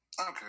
Okay